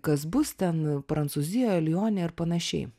kas bus ten prancūzijoj lione ir panašiai